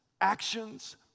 actions